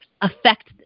affect